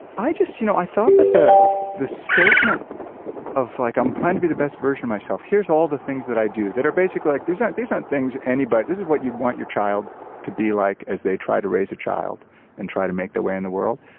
i just you know i thought that the the statement of like i'm proud to be the best version myself here's all the things that i do that are basic like these aren't these aren't things anybody. this is what you'd want your child to be like as they try to raise a child and try to make their way in the world.